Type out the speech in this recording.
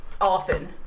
often